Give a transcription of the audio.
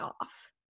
off